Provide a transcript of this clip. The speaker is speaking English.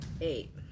Eight